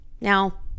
Now